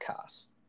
Cast